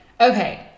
okay